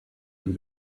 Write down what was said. and